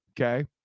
okay